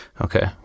okay